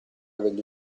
degli